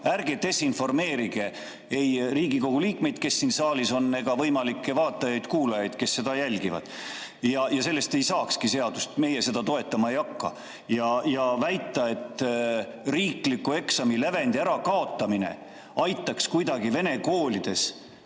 Ärge desinformeerige Riigikogu liikmeid, kes siin saalis on, ega võimalikke [teisi] vaatajaid-kuulajaid, kes istungit jälgivad. Ja sellest ei saakski seadust, meie seda toetama ei hakka. Väita, et riikliku eksami lävendi ärakaotamine aitaks kuidagi vene koolides